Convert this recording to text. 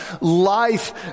life